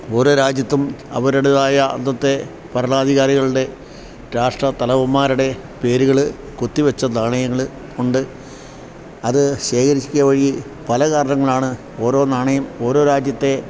ഓരോ രാജ്യത്തും അവരുടേതായ അന്നത്തെ ഭരണാധികാരികളുടെ രാഷ്ട്രത്തലവന്മാരുടെ പേരുകള് കൊത്തിവച്ച നാണയങ്ങള് ഉണ്ട് അതു ശേഖരിക്കുക വഴി പല കാരണങ്ങളാണ് ഓരോ നാണയം ഓരോ രാജ്യത്തെ